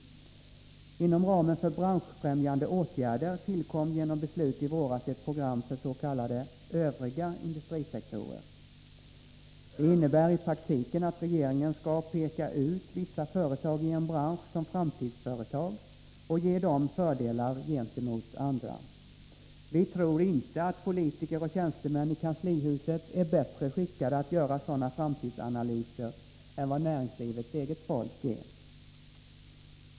Inom ramen för branschfrämjande åtgärder tillkom genom beslut i våras ett program för s.k. övriga industrisektorer. Det innebär i praktiken att regeringen skall peka ut vissa företag i en bransch som framtidsföretag och ge dem fördelar gentemot andra. Vi tror inte att politiker och tjänstemän i kanslihuset är bättre skickade att göra sådana framtidsanalyser än vad näringslivets eget folk är.